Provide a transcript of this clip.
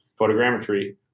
photogrammetry